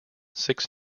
six